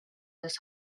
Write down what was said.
this